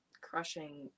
crushing